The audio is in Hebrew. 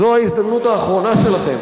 זו ההזדמנות האחרונה שלכם,